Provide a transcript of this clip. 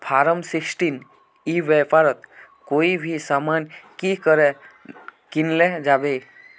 Form sixteen ई व्यापारोत कोई भी सामान की करे किनले जाबे?